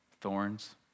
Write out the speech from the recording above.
Thorns